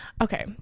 Okay